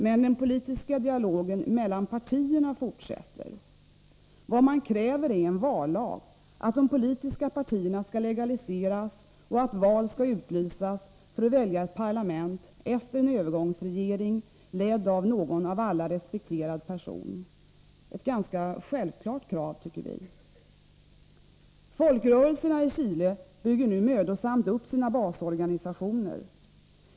Men den politiska dialogen mellan partierna fortsätter. Vad man kräver är en vallag, att de politiska partierna skall legaliseras och att val skall utlysas för att man skall välja ett parlament efter en övergångsregering, ledd av någon av alla respekterad person — ett ganska självklart krav, tycker vi. Folkrörelserna i Chile bygger nu mödosamt upp sina basorganisationer.